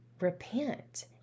repent